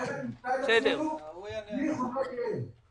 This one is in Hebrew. אחרת ניוותר בלי חומרי גלם.